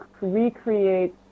recreate